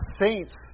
saints